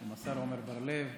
עם השר עמר בר לב.